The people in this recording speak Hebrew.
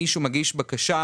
מישהו מגיש בקשה,